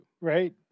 Right